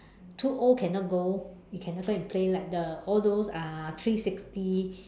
too old cannot go you cannot go and play like the all those uh three sixty